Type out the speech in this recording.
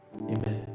Amen